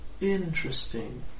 interesting